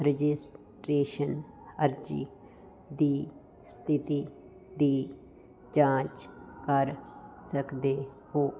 registration ਅਰਜ਼ੀ ਦੀ ਸਥਿਤੀ ਦੀ ਜਾਂਚ ਕਰ ਸਕਦੇ ਹੋ